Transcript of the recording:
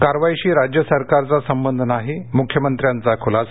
कारवाईशी राज्य सरकारचा संबंध नाही मुख्यमंत्र्यांचा खुलासा